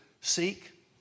seek